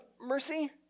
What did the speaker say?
mercy